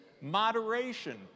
moderation